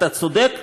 אתה צודק,